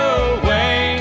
away